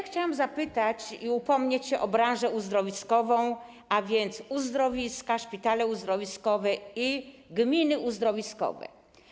Chciałam zapytać i upomnieć się o branżę uzdrowiskową, a więc uzdrowiska, szpitale uzdrowiskowe i gminy uzdrowiskowe.